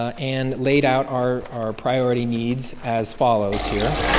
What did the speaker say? ah and laid out our our priority needs as follows here.